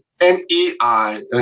N-E-I